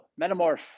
metamorph